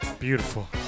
beautiful